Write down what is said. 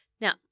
Now